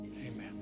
amen